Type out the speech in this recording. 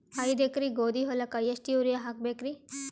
ಐದ ಎಕರಿ ಗೋಧಿ ಹೊಲಕ್ಕ ಎಷ್ಟ ಯೂರಿಯಹಾಕಬೆಕ್ರಿ?